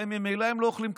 הרי ממילא הם לא אוכלים כשר,